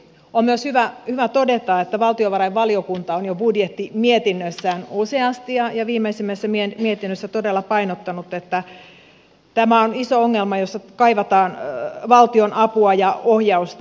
on myös hyvä todeta että valtiovarainvaliokunta on jo budjettimietinnössään useasti ja viimeisimmässä mietinnössään todella painottanut että tämä on iso ongelma jossa kaivataan valtion apua ja ohjausta